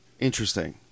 Interesting